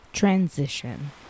transition